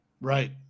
Right